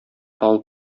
тал